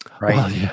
Right